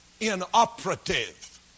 inoperative